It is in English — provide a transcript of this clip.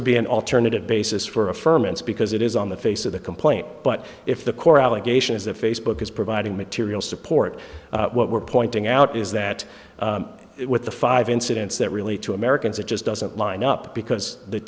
would be an alternative basis for a firm because it is on the face of the complaint but if the core allegation is that facebook is providing material support what we're pointing out is that with the five incidents that relate to americans it just doesn't line up because the